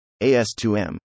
AS2M